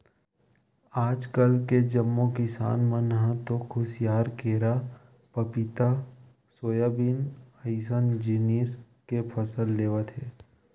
आजकाल के जम्मो किसान मन ह तो खुसियार, केरा, पपिता, सोयाबीन अइसन जिनिस के फसल लेवत हे